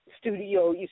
studio